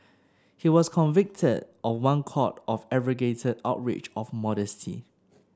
he was convicted of one count of aggravated outrage of modesty